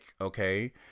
Okay